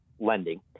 lending